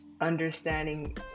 understanding